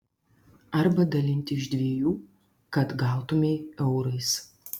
arba dalinti iš dviejų kad gautumei eurais